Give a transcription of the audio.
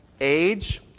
age